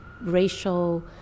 racial